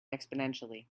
exponentially